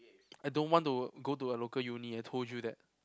I don't want to go to a local uni I told you that